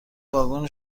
واگن